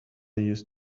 used